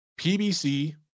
PBC